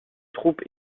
troupes